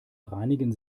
reinigen